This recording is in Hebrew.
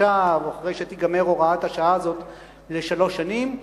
עכשיו או אחרי שתיגמר הוראת השעה הזאת לשלוש שנים,